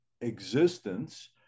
existence